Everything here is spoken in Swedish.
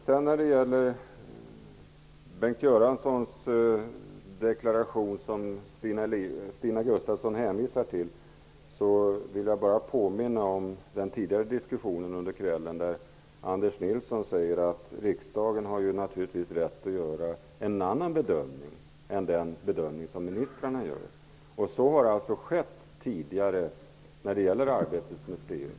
När det sedan gäller Bengt Göranssons deklaration, som Stina Gustavsson hänvisar till, vill jag bara påminna om den tidigare diskussionen under kvällen, där Anders Nilsson sade att riksdagen naturligtvis har rätt att göra en annan bedömning än den som ministrarna gör. Så har skett tidigare när det gäller Arbetets museum.